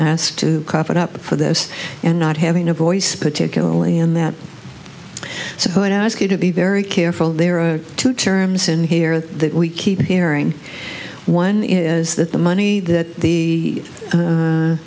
asked to cough it up for this and not having a voice particularly in that so when i ask you to be very careful there are two terms in here that we keep hearing one is that the money that the